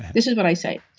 this is what i say.